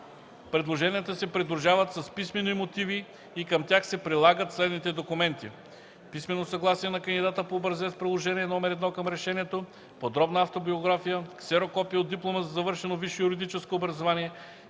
Предложенията се придружават с писмени мотиви и към тях се прилагат следните документи: - писмено съгласие на кандидата по образец, Приложение № 1 към решението; - подробна автобиография; - ксерокопие от диплома за завършено висше юридическо образование;